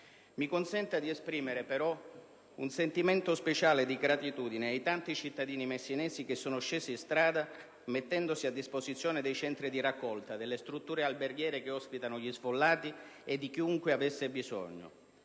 Mi consenta di esprimere un sentimento speciale di gratitudine ai tanti cittadini messinesi che sono scesi in strada mettendosi a disposizione dei centri di raccolta, delle strutture alberghiere che ospitano gli sfollati e di chiunque avesse bisogno.